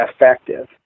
effective